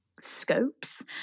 scopes